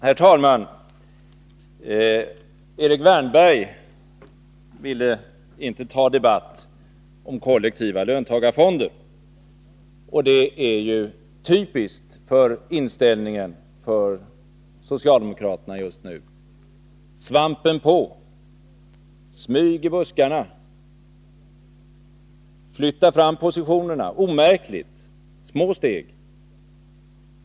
Herr talman! Erik Wärnberg vill inte ge sig in i en debatt om kollektiva löntagarfonder. Det är typiskt för socialdemokraternas inställning just nu. Svampen på, smyg i buskarna, framflyttning av positionerna — omärkligt, med små steg.